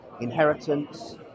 inheritance